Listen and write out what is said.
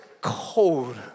cold